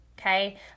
okay